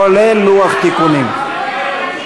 מי נגד?